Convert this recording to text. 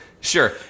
sure